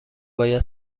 باید